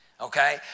okay